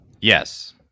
Yes